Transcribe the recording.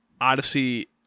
Odyssey